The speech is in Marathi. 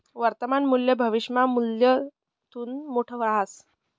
वर्तमान मूल्य भविष्यना मूल्यथून मोठं रहास